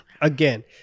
again